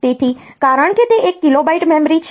તેથી કારણ કે તે એક કિલોબાઈટ મેમરી છે